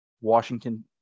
Washington